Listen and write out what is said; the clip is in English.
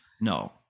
No